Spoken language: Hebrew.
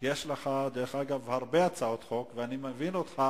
שצריך להחזיר את זה לוועדת הפנים והגנת הסביבה,